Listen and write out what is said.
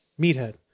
Meathead